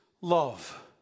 love